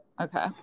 Okay